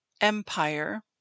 Empire